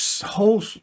whole